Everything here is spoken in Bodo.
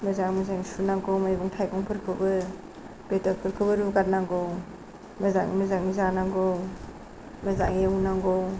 मोजाङै मोजां सुनांगौ मैगं थाइगंफोरखौबो बेदरफोरखौबो रुगारनांगौ मोजाङै मोजाङै जानांगौ मोजाङै एवनांगौ